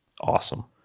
awesome